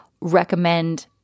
recommend